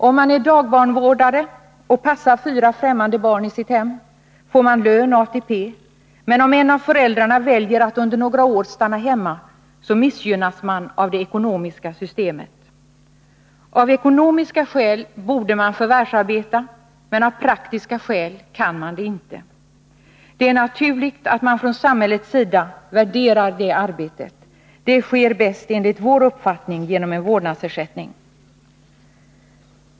Om man är dagbarnvårdare och passar fyra främmande barn i sitt hem får man lön och ATP, men om en av föräldrarna väljer att under några år stanna hemma missgynnas man av det ekonomiska systemet. Av ekonomiska skäl borde man förvärvsarbeta, men av praktiska skäl kan man inte göra det. Det är naturligt att samhället värderar detta arbete i hemmet. Det sker enligt vår uppfattning bäst genom en vårdnadsersättning.